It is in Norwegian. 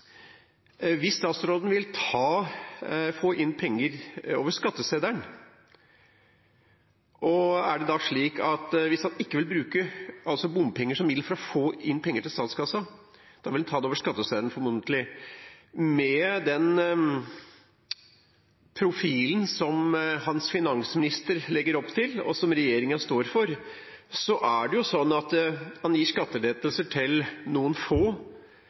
hvis man ikke bruker bompenger som middel. Det var hennes spørsmål. Jeg lurer i tillegg på: Hvis statsråden ikke vil bruke bompenger som middel for å få inn penger til statskassen, vil han formodentlig ta det over skatteseddelen. Men med den profilen som hans finansminister legger opp til, og som regjeringen står for, er det jo sånn at man gir skattelettelser til noen få,